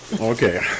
Okay